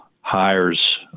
hires